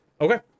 Okay